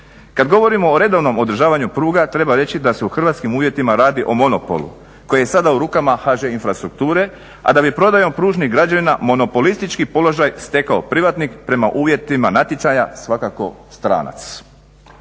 Kada govorimo o redovnom održavanju pruga treba reći da se u hrvatskim uvjetima radi o monopolu koji je sada u rukama HŽ Infrastrukture, a da bi prodajom Pružnih građevina monopolistički položaj stekao privatnik prema uvjetima natječaja svakako stranac.